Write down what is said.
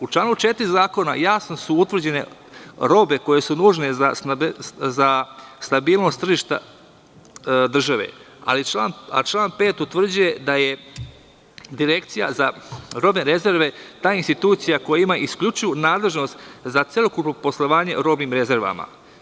U članu 4. Zakona jasno su utvrđene robe koje su nužne za stabilnost tržišta države, a član 5. utvrđuje da je Direkcija za robne rezerve ta institucija koja ima isključivu nadležnost za celokupno poslovanje robnim rezervama.